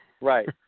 Right